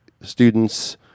students